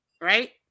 right